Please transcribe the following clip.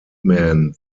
man